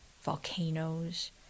volcanoes